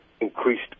increased